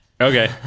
Okay